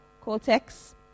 cortex